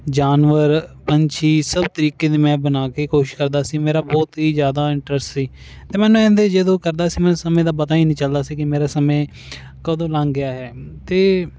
ਜਾਨਵਰ ਪੰਛੀ ਸਭ ਤਰੀਕੇ ਦੇ ਮੈਂ ਬਨਾ ਕੇ ਕੋਸ਼ਿਸ਼ ਕਰਦਾ ਸੀ ਮੇਰਾ ਬਹੁਤ ਈ ਜਿਆਦਾ ਇੰਟ੍ਰਸਟ ਸੀ ਤੇ ਮੈਨੂੰ ਐਨ ਦੇ ਜਦੋਂ ਕਰਦਾ ਸੀ ਮੈਨੂੰ ਸਮੇਂ ਦਾ ਪਤਾ ਈ ਨੀ ਚੱਲਦਾ ਸੀ ਕਿ ਮੇਰਾ ਸਮੇ ਕਦੋਂ ਲੰਘ ਗਿਆ ਐ ਤੇ